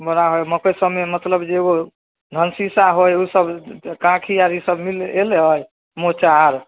बड़ा है मकै सबमे मतलब जे ओ धनशीशा होय ओ सब काँखी आर ई सब मिले एलै मोचा आर